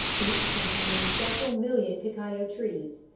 each containing several million cacao trees.